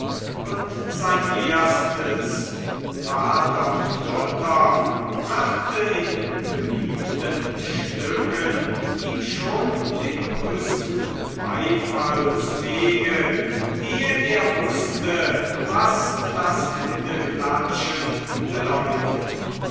und sein erstes vater und mutter brachte in beliebten stücken ihm schon den größten beifall zuwege ehe er wußte was das händeklatschen bedeutete